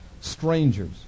strangers